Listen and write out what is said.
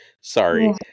Sorry